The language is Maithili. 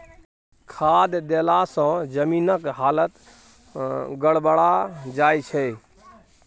खाद देलासँ जमीनक हालत गड़बड़ा जाय छै